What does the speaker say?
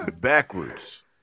Backwards